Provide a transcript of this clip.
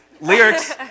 lyrics